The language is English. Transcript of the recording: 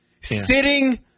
sitting